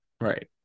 right